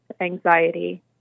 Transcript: anxiety